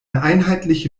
einheitliche